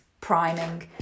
priming